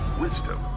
wisdom